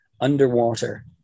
underwater